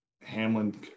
Hamlin